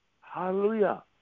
Hallelujah